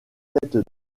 tête